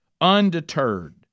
undeterred